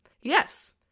yes